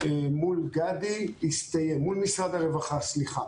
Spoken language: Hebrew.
מול משרד הרווחה הסתיים.